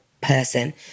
person